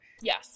Yes